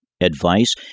advice